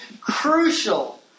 crucial